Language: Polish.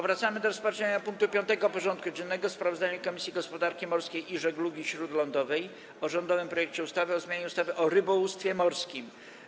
Powracamy do rozpatrzenia punktu 5. porządku dziennego: Sprawozdanie Komisji Gospodarki Morskiej i Żeglugi Śródlądowej o rządowym projekcie ustawy o zmianie ustawy o rybołówstwie morskim.